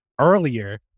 Earlier